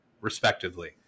respectively